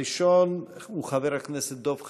הראשון הוא חבר הכנסת דב חנין.